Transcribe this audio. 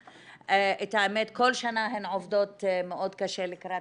את האמת כל שנה הן עובדות מאוד קשה לקראת